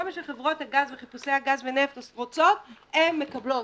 כל מה שחברות הגז וחיפושי הגז ונפט רוצות הן מקבלות,